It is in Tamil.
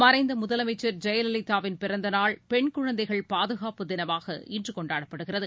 மறைந்த முதலமைச்சர் ஜெயலலிதாவின் பிறந்த நாள் பெண் குழந்தைகள் பாதுகாப்பு தினமாக இன்று கொண்டாடப்படுகிறது